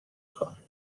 کار